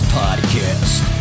podcast